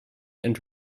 and